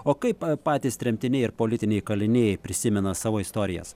o kaip pa patys tremtiniai ir politiniai kaliniai prisimena savo istorijas